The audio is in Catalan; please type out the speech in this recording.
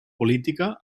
política